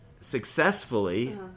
successfully